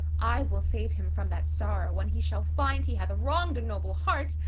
i will save him from that sorrow when he shall find he hath wronged a noble heart,